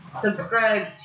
Subscribe